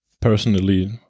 personally